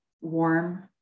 warm